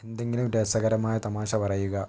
എന്തെങ്കിലും രസകരമായ തമാശ പറയുക